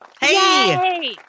Hey